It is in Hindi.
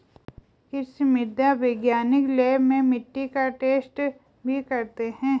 कृषि मृदा वैज्ञानिक लैब में मिट्टी का टैस्ट भी करते हैं